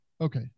Okay